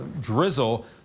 drizzle